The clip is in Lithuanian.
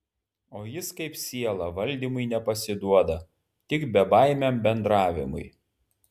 o jis kaip siela valdymui nepasiduoda tik bebaimiam bendravimui